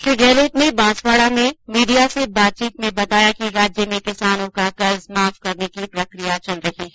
श्री गहलोत ने बांसवाड़ा में मीडिया से बातचीत में बताया कि राज्य में किसानों का कर्ज माफ करने की प्रक्रिया चल रही है